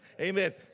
Amen